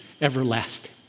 everlasting